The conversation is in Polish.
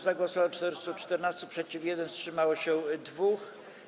Za głosowało 414, przeciw - 1, wstrzymało się 2.